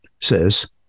says